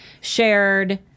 shared